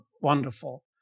wonderful